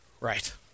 Right